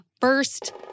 first